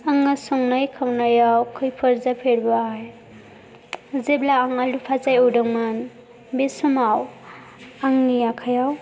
आङो संनाय खावनायाव खैफोद जाफेरबाय जेब्ला आं आलु फाजा एवदोंमोन बे समाव आंनि आखाइयाव